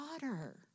daughter